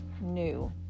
new